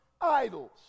idols